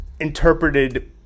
interpreted